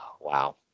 Wow